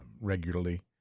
regularly